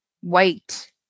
white